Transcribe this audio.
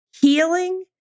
healing